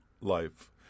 life